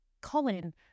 Colin